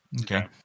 okay